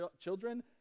children